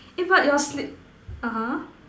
eh but your sleep (uh huh)